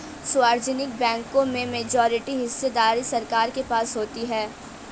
सार्वजनिक बैंकों में मेजॉरिटी हिस्सेदारी सरकार के पास होती है